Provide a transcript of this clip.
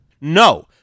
no